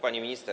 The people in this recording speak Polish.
Pani Minister!